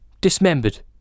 dismembered